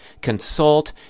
consult